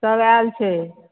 सभ आयल छै